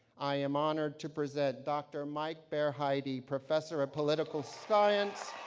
i am honored to present dr. mike berheide, professor of political science,